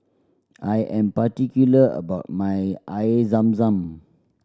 I am particular about my Air Zam Zam